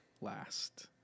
last